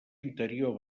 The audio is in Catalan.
interior